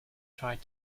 tried